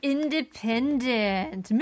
Independent